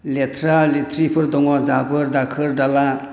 लेथ्रा लेथ्रिफोर दङ जाबोर दाखोर दाला